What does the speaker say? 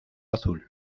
azul